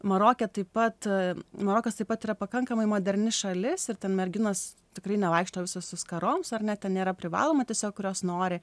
maroke taip pat marokas taip pat yra pakankamai moderni šalis ir ten merginos tikrai nevaikšto visos su skaroms ar ne ten nėra privaloma tiesiog kurios nori